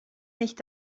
nicht